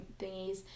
thingies